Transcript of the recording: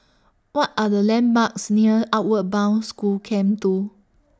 What Are The landmarks near Outward Bound School Camp two